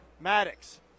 maddox